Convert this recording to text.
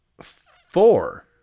four